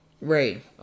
Right